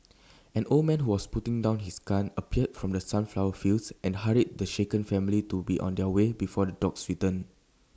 an old man who was putting down his gun appeared from the sunflower fields and hurried the shaken family to be on their way before the dogs return